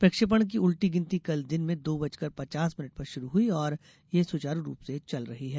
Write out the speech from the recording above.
प्रक्षेपण की उलटी गिनती कल दिन में दो बजकर पचास मिनट पर शुरू हुई और यह सुचारू रूप से चल रही है